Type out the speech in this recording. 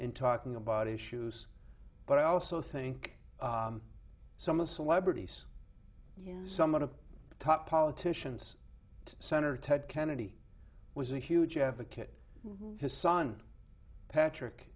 in talking about issues but i also think some of the celebrities you know some of the top politicians senator ted kennedy was a huge advocate his son patrick